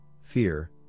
fear